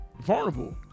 vulnerable